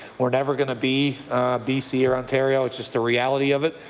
we're never going to be b c. or ontario. it's just the reality of it.